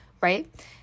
right